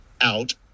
out